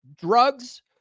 drugs